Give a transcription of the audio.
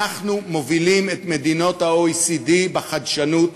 אנחנו מובילים את מדינות ה-OECD בחדשנות,